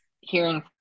hearing